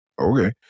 okay